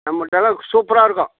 நம்மள்ட்டலாம் சூப்பராக இருக்கும்